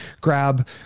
grab